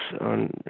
on